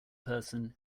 person